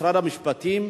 משרד המשפטים,